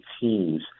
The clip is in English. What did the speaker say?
teams